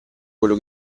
quello